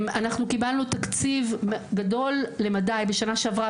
אנחנו קיבלנו תקציב גדול למדי בשנה שעברה